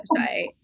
website